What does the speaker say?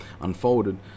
unfolded